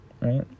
right